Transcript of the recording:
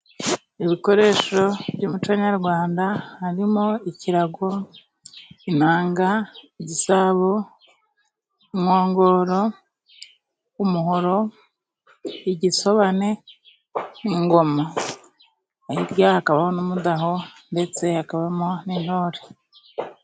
Ibikoresho by'umuco nyarwanda harimo ikirago, inanga, igisabo, inkongoro, umuhoro, igisobane, ingoma hirya yaho hakabaho n'umudaho ndetse hakabamo n'intore.